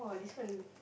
listen